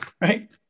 right